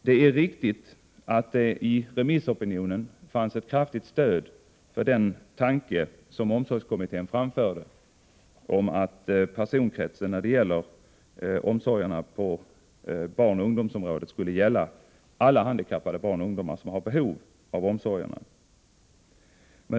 Det är riktigt att det i remissopinionen fanns ett kraftigt stöd för den tanke som omsorgskommittén framförde, att personkretsen skulle gälla alla barn och ungdomar som har behov av omsorgerna.